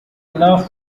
love